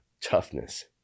toughness